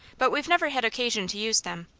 but we've never had occasion to use them.